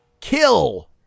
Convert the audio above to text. kill